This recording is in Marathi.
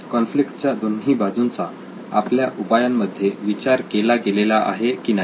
कॉन्फ्लिक्ट च्या दोन्ही बाजूंचा आपल्या उपायांमध्ये विचार केला गेलेला आहे की नाही